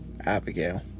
Abigail